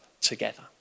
together